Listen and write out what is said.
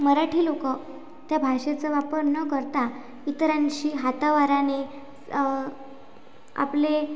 मराठी लोक त्या भाषेचा वापर न करता इतरांशी हातावाराने आपले